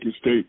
State